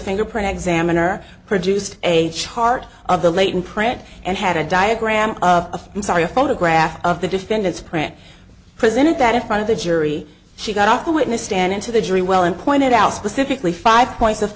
fingerprint examiner produced a chart of the latent print and had a diagram of i'm sorry a photograph of the defendant's print presented that front of the jury she got off the witness stand into the jury well and pointed out specifically five points of